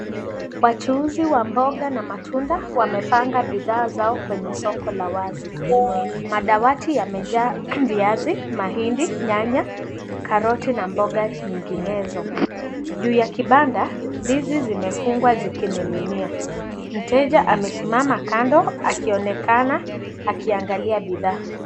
Wachuuzi wa mboga na matunda wamepanga bidhaa zao kwenye soko la wazi , madawati yamejaa viazi mahindi nyanya karoti na mboga nyinginezo. Juu ya kibanda ndizi zimefungwa zikininginia . Mteja amesimama kando akioneka akiangalia bidhaa.